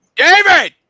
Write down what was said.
david